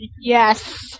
Yes